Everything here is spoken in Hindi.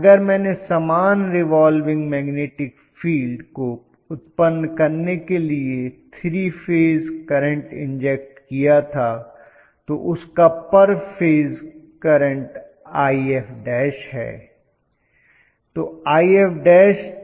अगर मैंने समान रिवाल्विंग मैग्नेटिक फील्ड फ्लक्स को उत्पन्न करने के लिए 3 फेज करंट इंजेक्ट किया था तो उसका पर फेज करंट If है